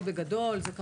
בגדול זה מה שעשינו,